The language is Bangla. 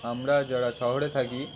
আমরা যারা শহরে থাকি